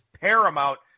paramount